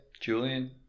Julian